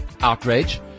outrage